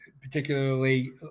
Particularly